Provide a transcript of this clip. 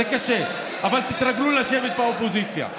זה קשה, אבל תתרגלו לשבת באופוזיציה.